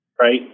right